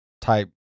type